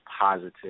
positive